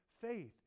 faith